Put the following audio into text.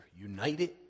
united